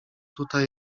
tutaj